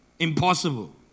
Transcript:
impossible